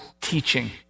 teaching